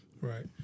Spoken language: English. Right